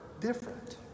different